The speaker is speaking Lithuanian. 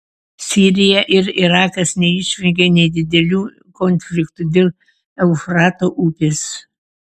sirija ir irakas neišvengė nedidelių konfliktų dėl eufrato upės